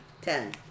Ten